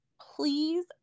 please